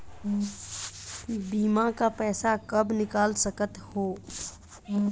बीमा का पैसा कब निकाल सकत हो?